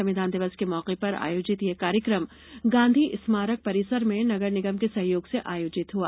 संविधान दिवस के मौके पर आयोजित यह कार्यक्रम गांधी स्मारक परिसर में नगर निगम के सहयोग से आयोजित हुआ